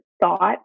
thought